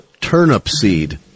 Turnipseed